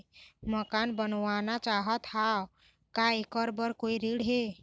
मकान बनवाना चाहत हाव, का ऐकर बर कोई ऋण हे?